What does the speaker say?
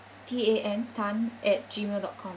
T A N tan at Gmail dot com